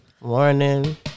Morning